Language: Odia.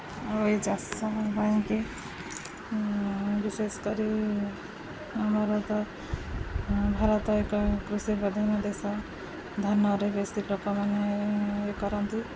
ଆଉ ଏଇ ଚାଷ ପାଇଁକି ବିଶେଷ କରି ଆମର ତ ଭାରତ ଏକ କୃଷି ପ୍ରଧାନ ଦେଶ ଧାନରେ ବେଶୀ ଲୋକମାନେ ଇଏ କରନ୍ତି